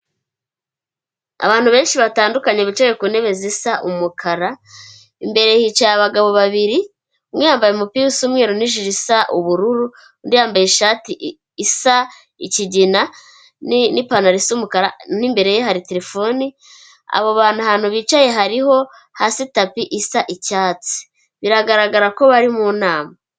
Abantu benshi batandukanye bicaye ku ntebe zisa umukara, imbere hicaye abagabo babiri, umwe yambaye umupira umweru n'ijire isa ubururu, undi yambaye ishati isa ikigina n'ipantaro isa umukara, n'imbere ye hari terefone, abo bantu ahantu bicaye hariho hasi tapi isa icyatsi, biragaragara ko bari mu nama.